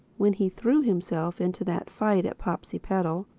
when he threw himself into that fight at popsipetel,